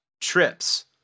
trips